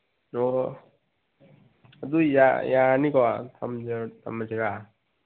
ꯑꯣ ꯑꯗꯨ ꯌꯥꯔꯅꯤꯀꯣ ꯊꯝꯃꯁꯤꯔꯥ